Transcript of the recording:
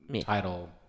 title